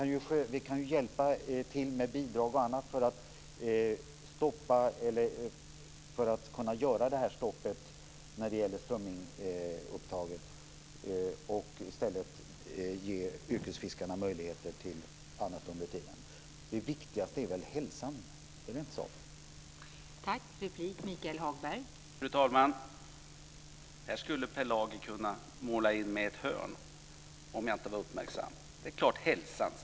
Vi kan hjälpa till med bidrag för att kunna genomföra ett stopp av strömmingsupptaget och ge yrkesfiskarna möjlighet till annat under tiden. Det viktigaste är väl hälsan, är det inte så?